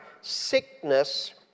sickness